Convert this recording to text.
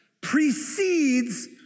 precedes